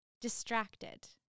Distracted